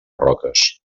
roques